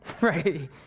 right